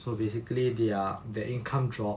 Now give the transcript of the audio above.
so basically they are the income drop